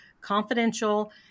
Confidential